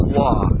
law